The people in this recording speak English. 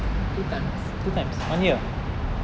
two times